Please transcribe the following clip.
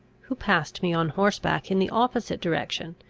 who passed me on horseback in the opposite direction,